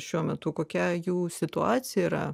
šiuo metu kokia jų situacija yra